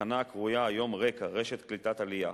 תחנה הקרויה היום רק"ע, רשת קליטת עלייה,